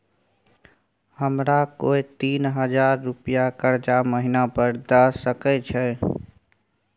हमरा कोय तीन हजार रुपिया कर्जा महिना पर द सके छै?